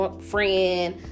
friend